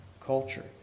culture